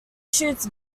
shoots